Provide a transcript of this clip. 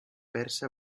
persa